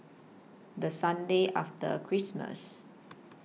The Sunday after Christmas